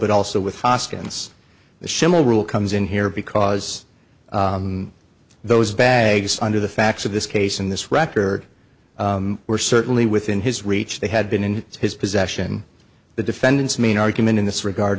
but also so with hoskins the schimmel rule comes in here because those bags under the facts of this case in this record were certainly within his reach they had been in his possession the defendant's main argument in this regard